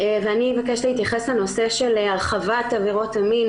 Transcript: אני אבקש להתייחס לנושא של הרחבת עבירות המין